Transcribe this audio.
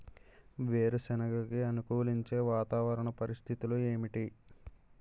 వేరుసెనగ కి అనుకూలించే వాతావరణ పరిస్థితులు ఏమిటి?